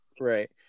Right